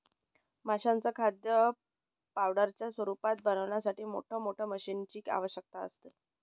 माशांचं खाद्य पावडरच्या रूपामध्ये बनवण्यासाठी मोठ मोठ्या मशीनीं ची आवश्यकता असते